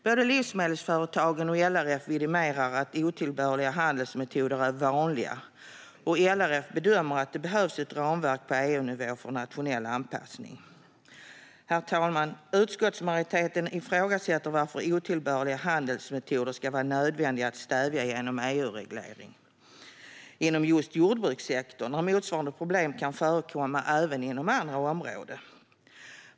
Både livsmedelsföretagen och LRF vidimerar att otillbörliga handelsmetoder är vanliga. LRF bedömer att det behövs ett ramverk på EU-nivå med nationell anpassning. Herr talman! Utskottsmajoriteten ifrågasätter varför otillbörliga handelsmetoder ska vara nödvändiga att stävja genom EU-reglering inom just jordbrukssektorn när motsvarande problem kan förekomma även inom andra områden.